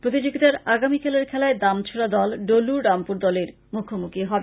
প্রতিযোগীতার আগামীকালের খেলায় দামছড়া দল ডলু রামপুর দলের মূখোমুখি হবে